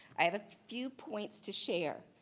i have a few points to share.